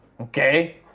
Okay